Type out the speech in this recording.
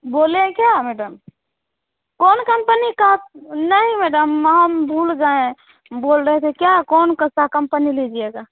बोले हैं क्या मैडम कौन कम्पनी का नहीं मैडम हम भूल गये बोल रहे थे क्या कौन कैसा कम्पनी लीजियेगा